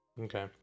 Okay